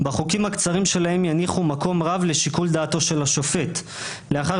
"בחוקים הקצרים שלהם יניחו מקום רב לשיקול דעתו של השופט לאחר